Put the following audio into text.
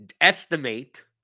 estimate